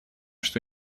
что